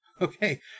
Okay